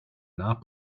not